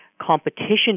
competition